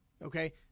Okay